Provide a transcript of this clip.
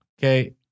Okay